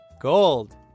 gold